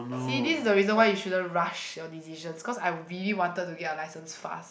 see this the reason why you shouldn't rush your decisions cause I really wanted to get our licence fast